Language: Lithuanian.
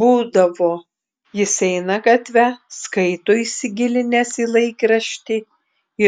būdavo jis eina gatve skaito įsigilinęs į laikraštį